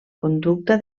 conducta